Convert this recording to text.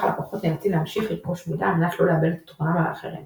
הלקוחות נאלצים להמשיך לרכוש מידע על מנת לא לאבד את יתרונם על האחרים